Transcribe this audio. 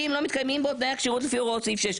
אם לא מתקיימים תנאי הכשירות לפי סעיף 6,